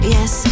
Yes